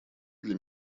для